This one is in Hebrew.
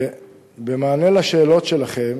במענה על השאלות שלכם,